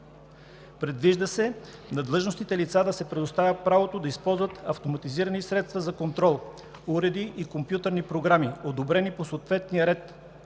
Предвижда се на длъжностите лица да се предоставя правото да използват автоматизирани средства за контрол – уреди и компютърни програми, одобрени по съответния ред,